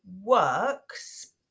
works